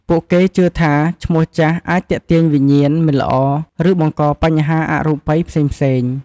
ពួកគេជឿថាឈ្មោះចាស់អាចទាក់ទាញវិញ្ញាណមិនល្អឬបង្កបញ្ហាអរូបីផ្សេងៗ។